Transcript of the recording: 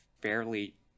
fairly